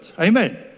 Amen